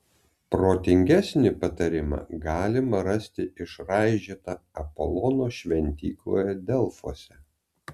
protingesnį patarimą galima rasti išraižytą apolono šventykloje delfuose